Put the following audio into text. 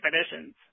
expeditions